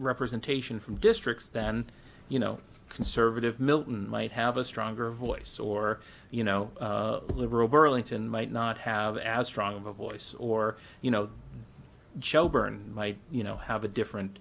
representation from districts then you know conservative milton might have a stronger voice or you know liberal burlington might not have as strong a voice or you know joe byrne might you know have a different